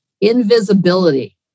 Invisibility